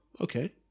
okay